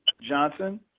Johnson